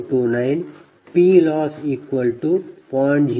001159